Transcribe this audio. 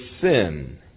sin